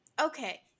Okay